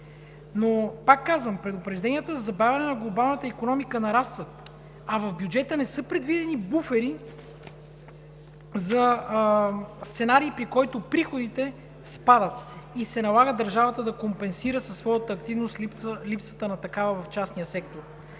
Но, пак казвам, предупрежденията за забавяне на глобалната икономика нарастват, а в бюджета не са предвидени буфери за сценарий, при който приходите спадат и се налага държавата да компенсира със своята активност липсата на такава в частния сектор.